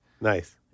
Nice